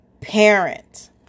parent